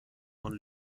von